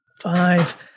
five